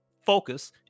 focus